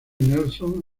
nelson